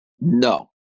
No